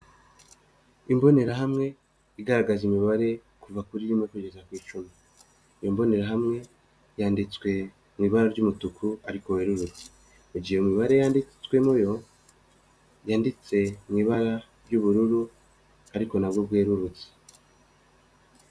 Imbonerahamwe igaragaza imibare kuva kuri rimwe kugeza ku icumi. iyo mbonerahamwe yanditswe mu ibara ry'umutuku ariko werururutse, mu gihe iyo mibare yanditswemo yo, yanditse mu ibara ry'ubururu ariko nabwo bwerurutse.